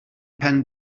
pen